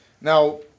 Now